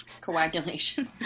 coagulation